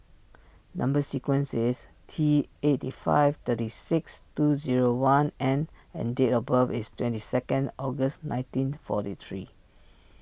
Number Sequence is T eight five thirty six two zero one N and date of birth is twenty second August nineteen forty three